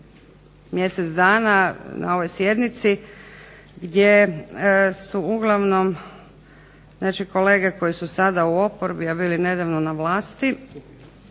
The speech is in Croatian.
mjesec dana na ovoj sjednici gdje su uglavnom naši kolege koji su sada u oporbi, a bili nedavno na vlasti,